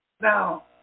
Now